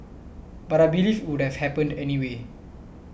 but I believe would have happened anyway